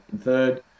third